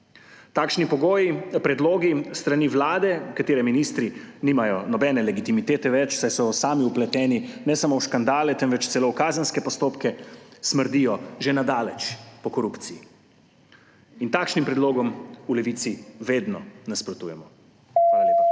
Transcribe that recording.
Takšni predlogi s strani Vlade, katere ministri nimajo nobene legitimitete več, saj so sami vpleteni ne samo v škandale, temveč celo v kazenske postopke, smrdijo že na daleč po korupciji. In takšnim predlogom v Levici vedno nasprotujemo. Hvala lepa.